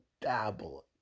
dabble